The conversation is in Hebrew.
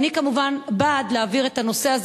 ואני כמובן בעד להעביר את הנושא הזה